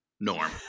Norm